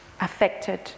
affected